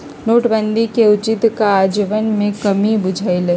नोटबन्दि के उचित काजन्वयन में कम्मि बुझायल